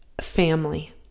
family